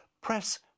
press